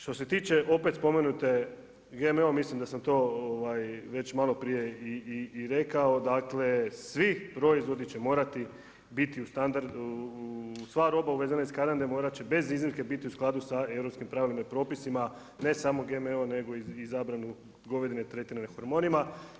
Što se tiče opet spomenute GMO mislim da sam to već malo prije i rekao, dakle svi proizvodi će morati biti sva roba uvezene iz Kanade morat će bez iznimke biti u skladu sa europskim pravilima i propisima nego samo GMO nego i zabranu govedine tretirane hormonima.